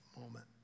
moment